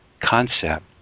concept